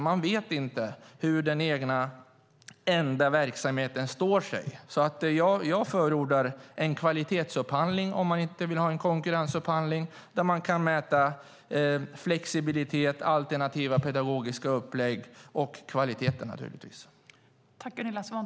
Man vet inte hur den enda verksamheten står sig. Jag förordar en kvalitetsupphandling om man inte vill ha en konkurrensupphandling där man kan mäta flexibilitet, alternativa pedagogiska upplägg och naturligtvis kvalitet.